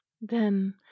Then—